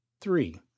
three